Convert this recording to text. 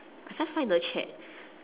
I can't find the chat